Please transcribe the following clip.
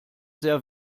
sehr